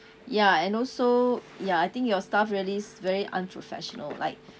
ya and also ya I think your staff really very unprofessional like